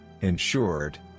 insured